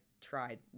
tried